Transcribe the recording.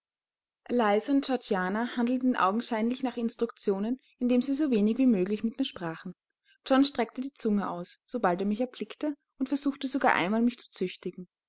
georgiana handelten augenscheinlich nach instruktionen indem sie so wenig wie möglich mit mir sprachen john streckte die zunge aus sobald er mich erblickte und versuchte sogar einmal mich zu züchtigen